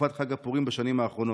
בתקופת חג הפורים בשנים האחרונות.